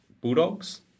Bulldogs